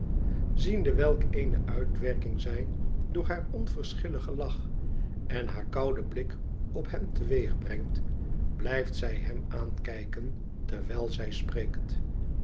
ziende welk eene uitwerking zij door haar onverschilligen lach en haar kouden blik op hem teweegbrengt blijft zij hem aankijken terwijl si spreekt